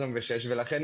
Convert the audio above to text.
וורלד